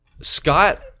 Scott